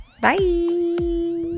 Bye